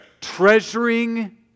treasuring